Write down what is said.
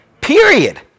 Period